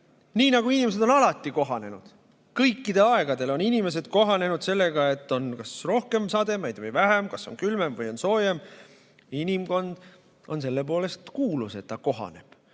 Nii nagu inimesed on alati kohanenud, kõikidel aegadel on inimesed kohanenud sellega, et on kas rohkem sademeid või vähem, kas on külmem või soojem. Inimkond on selle poolest kuulus, et ta kohaneb,